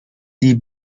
die